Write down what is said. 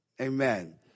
Amen